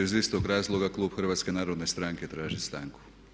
Iz istog razloga klub HNS-a traži stanku.